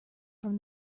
from